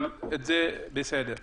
אבל זה בסדר.